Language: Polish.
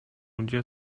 ludzie